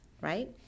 right